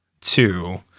two